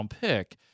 pick